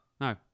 no